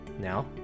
Now